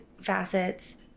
facets